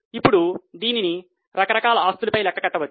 ఇప్పుడు దీనిని రకరకాల ఆస్తులపై లెక్క కట్టవచ్చు